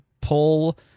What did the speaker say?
pull